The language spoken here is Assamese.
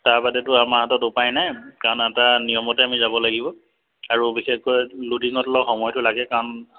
তাৰ বাদেতো আমাৰ হাতত উপায় নাই কাৰণ এটা নিয়মতে আমি যাব লাগিব আৰু বিশেষকৈ লুডিঙত অলপ সময়টো লাগে কাৰণ